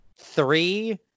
Three